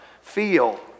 feel